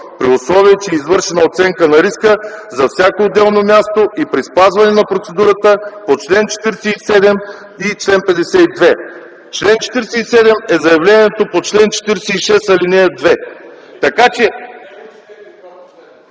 при условие че е извършена оценка на риска за всяко отделно място и при спазване на процедурата по чл. 47-52.” В чл. 47 е заявлението по чл. 46, ал. 2.